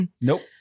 Nope